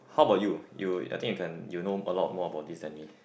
how about you you I think you can you know a lot more about this than me